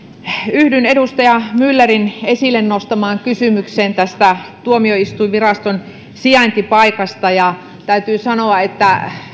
yhdyn edustaja myllerin esille nostamaan kysymykseen tästä tuomioistuinviraston sijaintipaikasta täytyy sanoa että